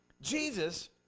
Jesus